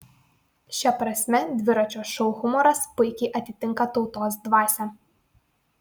šia prasme dviračio šou humoras puikiai atitinka tautos dvasią